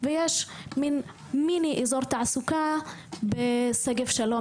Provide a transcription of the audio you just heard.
ויש מין מיני אזור תעסוקה בשגב שלום,